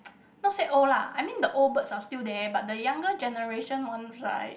not say old lah I mean the old birds are still there but the younger generation ones right